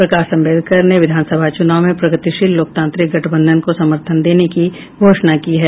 प्रकाश अंबेडकर ने विधानसभा चुनाव में प्रगतिशील लोकतांत्रिक गठबंधन को समर्थन देने की घोषणा की है